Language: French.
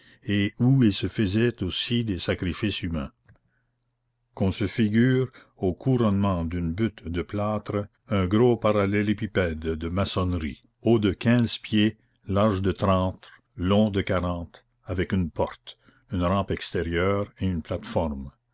et où il se faisait aussi des sacrifices humains qu'on se figure au couronnement d'une butte de plâtre un gros parallélépipède de maçonnerie haut de quinze pieds large de trente long de quarante avec une porte une rampe extérieure et une plate-forme